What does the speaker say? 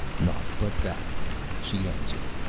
nought but that she answered,